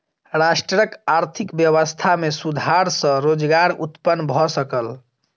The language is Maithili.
राष्ट्रक आर्थिक व्यवस्था में सुधार सॅ रोजगार उत्पन्न भ सकल